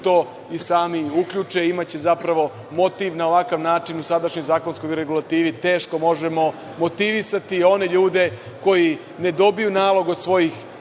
u to i sami uključe. Imaće zapravo motiv. Na ovakav način u sadašnjoj zakonskoj regulativi teško možemo motivisati one ljude koji ne dobiju nalog od svojih